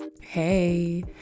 Hey